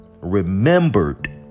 remembered